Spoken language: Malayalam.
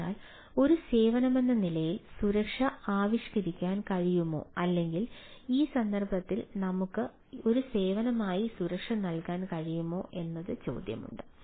അതിനാൽ ഒരു സേവനമെന്ന നിലയിൽ സുരക്ഷ ആവിഷ്കരിക്കാൻ കഴിയുമോ അല്ലെങ്കിൽ ഈ സന്ദർഭത്തിൽ ഞങ്ങൾക്ക് ഒരു സേവനമായി സുരക്ഷ നൽകാൻ കഴിയുമോ എന്ന ചോദ്യമുണ്ട്